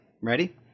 ready